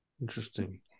interesting